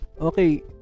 Okay